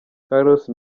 carlos